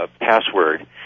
password